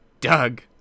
Doug